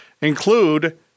include